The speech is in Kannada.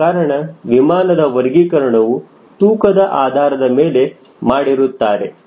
ಆದಕಾರಣ ವಿಮಾನದ ವರ್ಗೀಕರಣವು ತೂಕದ ಆಧಾರದ ಮೇಲೆ ಮಾಡಿರುತ್ತಾರೆ